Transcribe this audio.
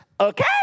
Okay